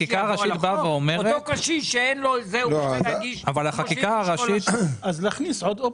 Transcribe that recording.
אותו קשיש שאין לו מחשב ורוצה להגיש --- אז צריך להכניס עוד אופציה.